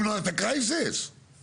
ואת הנטל של ההוצאה התקציבית על שירותים